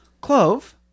Clove